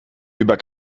über